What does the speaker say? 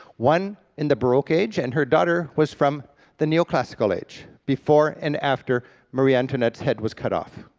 one in the baroque age and her daughter was from the neoclassical age, before and after marie antoinette's head was cut off.